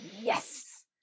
Yes